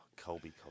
colby